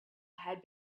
had